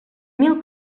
mil